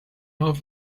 all